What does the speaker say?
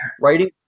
writing